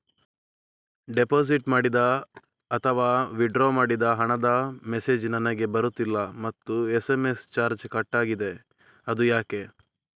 Deposit ಮಾಡಿದ ಅಥವಾ withdraw ಮಾಡಿದ ಹಣದ ಮೆಸೇಜ್ ನನಗೆ ಬರುತ್ತಿಲ್ಲ ಮತ್ತು ಎಸ್.ಎಂ.ಎಸ್ ಚಾರ್ಜ್ ಕಟ್ಟಾಗಿದೆ ಅದು ಯಾಕೆ?